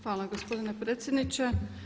Hvala gospodine predsjedniče.